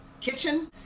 kitchen